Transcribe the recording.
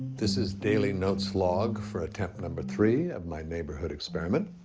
this is daily notes log for attempt number three of my neighborhood experiment.